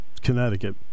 Connecticut